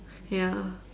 ya